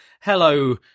hello